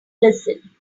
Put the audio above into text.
listen